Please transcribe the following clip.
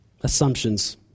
assumptions